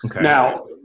Now